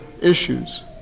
issues